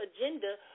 agenda